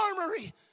armory